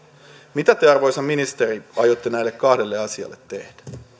mitä te arvoisa ministeri aiotte näille kahdelle asialle tehdä